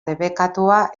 debekatua